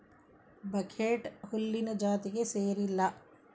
buckwheat ಹುಲ್ಲಿನ ಜಾತಿಗೆ ಸೇರಿಲ್ಲಾ